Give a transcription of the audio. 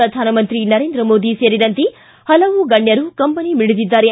ಪ್ರಧಾನಮಂತ್ರಿ ನರೇಂದ್ರ ಮೋದಿ ಸೇರಿದಂತೆ ಹಲವು ಗಣ್ಯರು ಕಂಬನಿ ಮಿಡಿದಿದ್ದಾರೆ